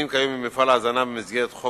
לכאורה ליהנות ממפעל ההזנה אינם זוכים לכך